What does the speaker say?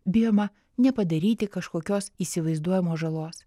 bijoma nepadaryti kažkokios įsivaizduojamos žalos